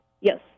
Yes